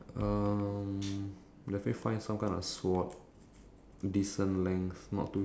definitely yes I mean eventually you you will have to fight at least one